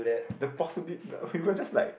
the the favour just like